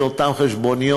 של אותן חשבוניות,